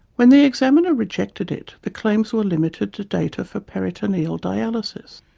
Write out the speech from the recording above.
when the examiner rejected it, the claims were limited to data for peritoneal dialysis.